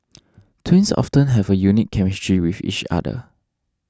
twins often have a unique chemistry with each other